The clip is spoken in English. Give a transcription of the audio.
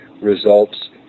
results